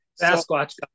Sasquatch